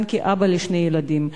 גם כאבא לשני ילדים.